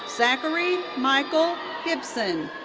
zachary michael gibson.